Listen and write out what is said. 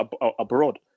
abroad